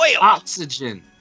Oxygen